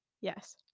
yes